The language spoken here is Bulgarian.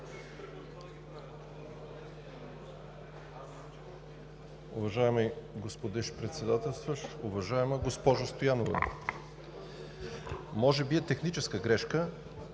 може би е техническа грешка,